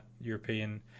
European